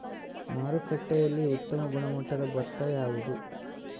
ಮಾರುಕಟ್ಟೆಯಲ್ಲಿ ಉತ್ತಮ ಗುಣಮಟ್ಟದ ಭತ್ತ ಯಾವುದು?